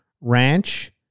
Ranch